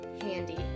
handy